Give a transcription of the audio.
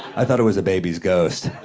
i thought it was the baby's ghost,